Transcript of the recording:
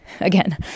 again